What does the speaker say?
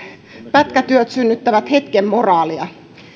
pätkätyöt synnyttävät hetken moraalia